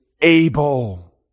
able